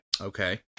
Okay